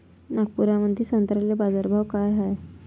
नागपुरामंदी संत्र्याले बाजारभाव काय हाय?